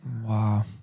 Wow